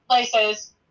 places